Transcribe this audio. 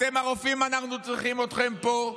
אתם, הרופאים, אנחנו צריכים אתכם פה,